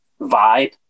vibe